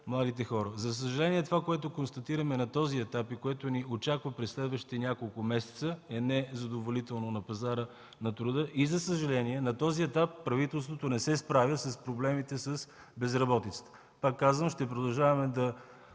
За съжаление, това, което констатираме на пазара на труда на този етап и което ни очаква през следващите няколко месеца, е незадоволително. За съжаление, на този етап правителството не се справя с проблемите на безработицата. Пак казвам, ще продължаваме да